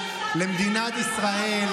למדינת ישראל,